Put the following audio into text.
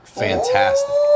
fantastic